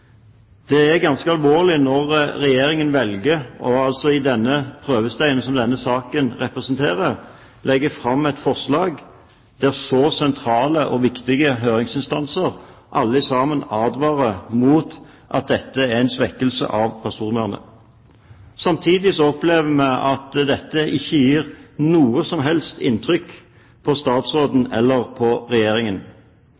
Det er ganske alvorlig når Regjeringen i denne prøvesteinen, som denne saken representerer, velger å legge fram et forslag der så sentrale og viktige høringsinstanser advarer mot dette og sier at dette er en svekkelse av personvernet. Samtidig opplever vi at dette ikke gjør noe som helst inntrykk på statsråden